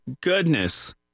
goodness